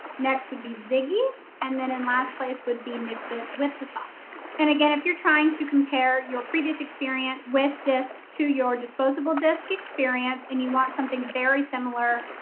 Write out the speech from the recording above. next would be ziggy and then in last place would be nixit with the softest and again if you're trying to compare your previous experience with discs to your disposable disc experience and you want something very similar,